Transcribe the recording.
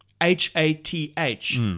H-A-T-H